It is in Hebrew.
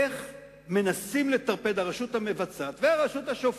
איך מנסים לטרפד, הרשות המבצעת והרשות השופטת,